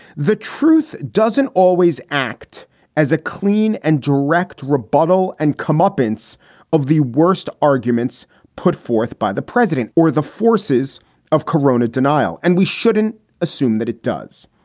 the truth doesn't always act as a clean and direct rebuttal and comeuppance of the worst arguments put forth by the president or the forces of corona denial. and we shouldn't assume that it does.